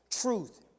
truth